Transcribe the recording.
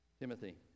Timothy